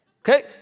Okay